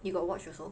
you got watch also